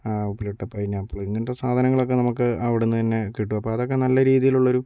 ഉപ്പിലിട്ട പൈനാപ്പിൾ ഇങ്ങനത്തെ സാധനങ്ങൾ ഒക്കെ നമുക്ക് അവിടെ നിന്ന് തന്നെ കിട്ടും അപ്പോൾ അതൊക്കെ നല്ല രീതിയിൽ ഉള്ള ഒരു